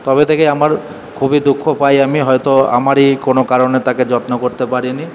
তবে থেকেই আমার খুবই দুঃখ পাই আমি হয়তো আমারই কোন কারণে তাকে যত্ন করতে পারিনি